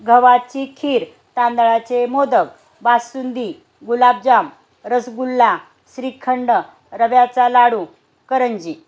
गव्हाची खीर तांदळाचे मोदक बासुंदी गुलाबजाम रसगुल्ला श्रीखंड रव्याचा लाडू करंजी